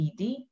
ED